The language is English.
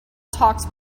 talks